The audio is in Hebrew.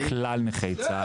הכל בסדר.